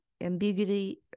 ambiguity